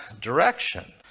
direction